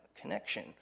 connection